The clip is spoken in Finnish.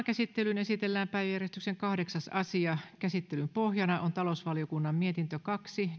käsittelyyn esitellään päiväjärjestyksen kahdeksas asia käsittelyn pohjana on talousvaliokunnan mietintö kaksi